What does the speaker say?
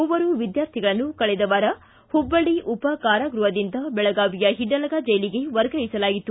ಮೂವರು ವಿದ್ಯಾರ್ಥಿಗಳನ್ನು ಕಳೆದ ವಾರ ಹುಬ್ಬಳ್ಳಿ ಉಪ ಕಾರಾಗೃಹದಿಂದ ಬೆಳಗಾವಿಯ ಹಿಂಡಲಗಾ ಜೈಲಿಗೆ ವರ್ಗಾಯಿಸಲಾಗಿತ್ತು